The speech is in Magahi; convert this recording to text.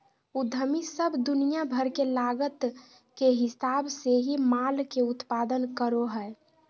उद्यमी सब दुनिया भर के लागत के हिसाब से ही माल के उत्पादन करो हय